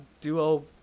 duo